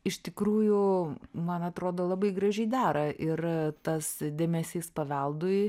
iš tikrųjų man atrodo labai gražiai dera ir tas dėmesys paveldui